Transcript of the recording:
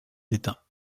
d’état